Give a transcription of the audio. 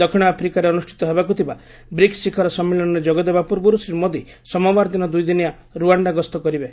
ଦକ୍ଷିଣ ଆଫ୍ରିକାରେ ଅନୁଷ୍ଠିତ ହେବାକୁ ଥିବା ବ୍ରିକ୍ସ୍ ଶିଖର ସମ୍ମିଳନୀରେ ଯୋଗଦେବା ପୂର୍ବରୁ ଶ୍ରୀ ମୋଦି ସୋମବାର ଦିନ ଦୁଇଦିନିଆ ରୁଆଶ୍ଡା ଗସ୍ତ କରିବେ